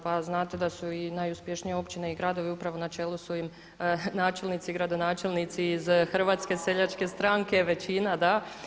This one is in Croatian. Pa znate da su i najuspješnije općine i gradovi upravo na čelu su im načelnici, gradonačelnici iz Hrvatske seljačke stranke većina, da.